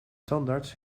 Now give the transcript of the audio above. tandarts